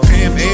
Pam